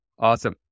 Awesome